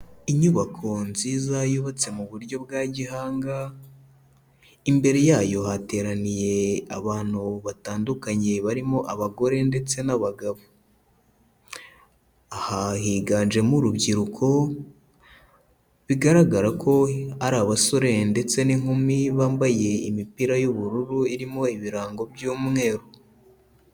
Inyubako nziza yubatse mu buryo bwa gihanga, imbere yayo hateraniye abantu batandukanye barimo abagore ndetse n'abagabo, aha higanjemo urubyiruko bigaragara ko ari abasore ndetse n'inkumi bambaye imipira y'ubururu irimo ibirango by'umweru.